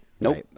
Nope